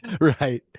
right